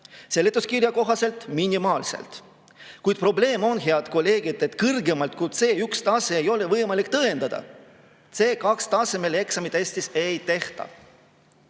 Seletuskirja kohaselt minimaalselt. Kuid probleem on, head kolleegid, et kõrgemat [taset] kui C1-tase ei ole võimalik tõendada. C2-taseme eksameid Eestis ei tehta.